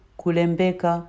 kulembeka